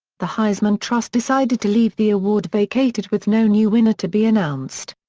the heisman trust decided to leave the award vacated with no new winner to be announced.